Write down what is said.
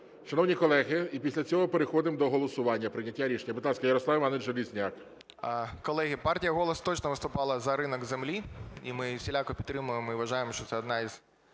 Шановні колеги, і після цього переходимо до голосування і прийняття рішення. Будь ласка, Ярослав Іванович Железняк.